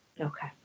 Okay